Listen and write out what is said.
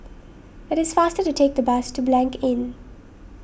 it is faster to take the bus to Blanc Inn